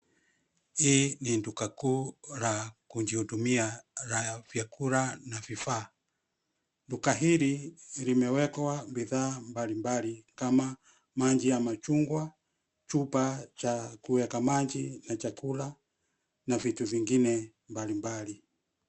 Hii ni duka kuu la kujihudumia la vyakula na vifaa. Duka hili limewekwa bidhaa mbalimbali kama maji ya machungwa, chupa cha kuweka maji na chakula na vitu vingine mbalimbali.